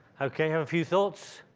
okay, have a few thoughts.